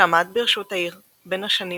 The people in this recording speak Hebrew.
שעמד בראשות העיר בין השנים